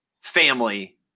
family